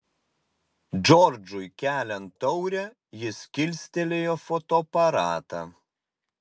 džordžui keliant taurę jis kilstelėjo fotoaparatą